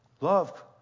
love